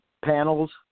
panels